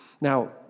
Now